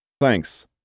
Thanks